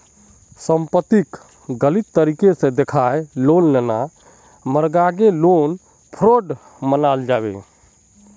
संपत्तिक गलत तरीके से दखाएँ लोन लेना मर्गागे लोन फ्रॉड मनाल जाबे